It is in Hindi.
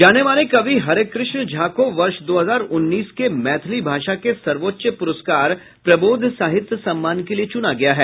जाने माने कवि हरेकृष्ण झा को वर्ष दो हजार उन्नीस के मैथिली भाषा के सर्वोच्च पुरस्कार प्रबोध साहित्य सम्मान के लिए चुना गया है